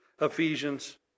Ephesians